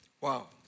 Wow